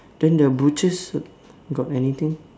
then the butchers got anything